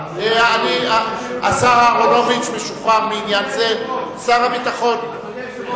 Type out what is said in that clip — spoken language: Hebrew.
יהיה איזשהו הסדר שיכלול את גושי ההתיישבות הגדולים.